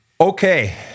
Okay